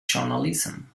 journalism